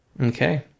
Okay